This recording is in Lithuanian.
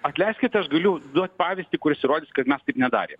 atleiskit aš galiu duot pavyzdį kuris įrodys kad mes taip nedarėm